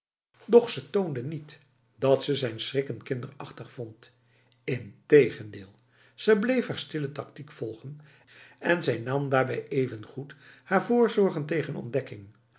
doch ze toonde niet dat ze zijn schrikken kinderachtig vond integendeel ze bleef haar stille tactiek volgen en zij nam daarbij evengoed haar voorzorgen tegen ontdekking